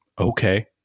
okay